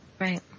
Right